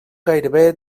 gairebé